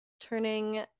turning